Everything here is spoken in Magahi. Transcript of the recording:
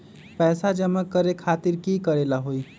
पैसा जमा करे खातीर की करेला होई?